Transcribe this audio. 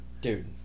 Dude